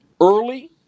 early